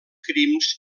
crims